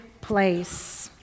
place